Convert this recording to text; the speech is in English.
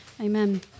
Amen